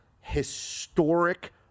Historic